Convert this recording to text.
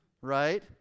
right